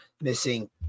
missing